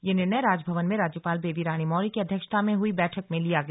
यह निर्णय राजभवन में राज्यपाल बेबी रानी मौर्य की अध्यक्षता में हुई बैठक में लिया गया